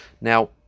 Now